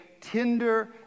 tender